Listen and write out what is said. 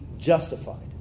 justified